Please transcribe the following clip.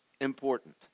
important